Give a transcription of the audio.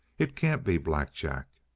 it can't be black jack.